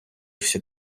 всі